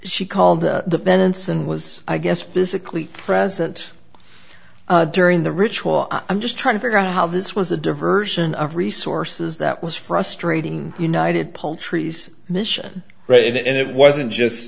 she called the benson was i guess physically present during the ritual i'm just trying to figure out how this was a diversion of resources that was frustrating united pole trees mission right and it wasn't just